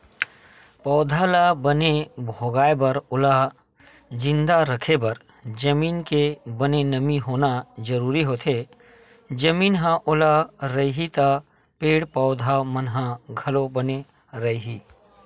पउधा ल बने भोगाय बर ओला जिंदा रखे बर जमीन के बने नमी होना जरुरी होथे, जमीन ह ओल रइही त पेड़ पौधा मन ह घलो बने रइही